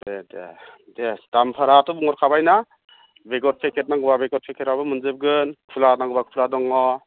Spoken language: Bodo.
दे दे दे दामफोराथ' बुंहरखाबाय ना बेगर पेकेट नांगौबा बेगर पेकेटआबो मोनजोबगोन खुला नांगौबा खुला दङ